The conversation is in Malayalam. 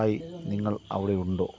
ഹായ് നിങ്ങൾ അവിടെ ഉണ്ടോ